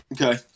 Okay